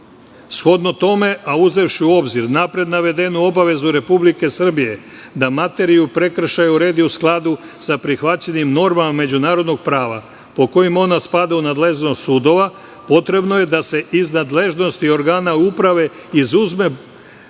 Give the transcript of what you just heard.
tome, a uzevši u obzir napred navedenu obavezu Republike Srbije, da materiju prekršaja uredi u skladu sa prihvaćenim normama međunarodnog prava, po kojima ona spada u nadležnost sudova, potrebno je da se iz nadležnosti organa uprave izuzme